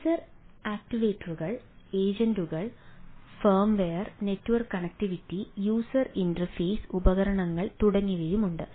sensor ആക്യുവേറ്ററുകൾ ഏജന്റുകൾ firmware network connectivity user interface ഉപകരണങ്ങൾ തുടങ്ങിയവയുണ്ട്